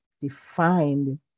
defined